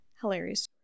hilarious